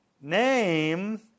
name